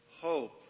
Hope